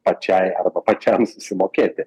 pačiai pačiam susimokėti